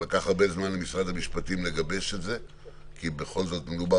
אנחנו נמצאים במצב שבו אנחנו אמורים לטפל